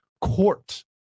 court